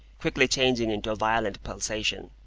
quickly changing into a violent pulsation,